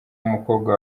w’umukobwa